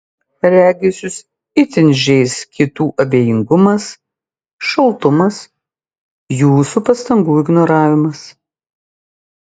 regis jus itin žeis kitų abejingumas šaltumas jūsų pastangų ignoravimas